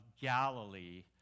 Galilee